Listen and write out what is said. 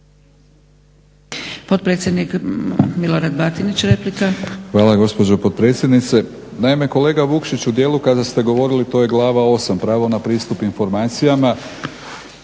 Potpredsjednik Milorad Batinić, replika. **Batinić, Milorad (HNS)** Hvala gospođo potpredsjednice. Naime kolega Vukšić u dijelu kada ste govorili to je glava 8 prava na pristup informacijama,